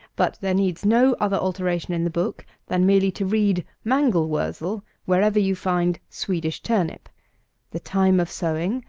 but there needs no other alteration in the book, than merely to read mangel wurzel wherever you find swedish turnip the time of sowing,